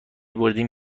بردیم